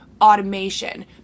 automation